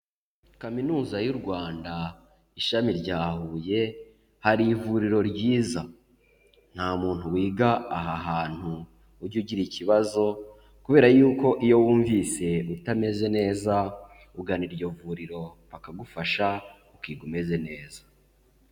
Kaminuza y'u Rwanda, ishami rya Huye hari ivuriro ryiza. Nta muntu wiga aha hantu ujya ugira ikibazo kubera yuko iyo wumvise utameze neza, ugana iryo vuriro bakagufasha, ukiga umeze neza.